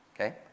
okay